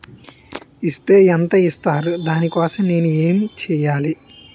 Is తే ఎంత ఇస్తారు దాని కోసం నేను ఎంచ్యేయాలి?